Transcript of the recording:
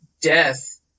death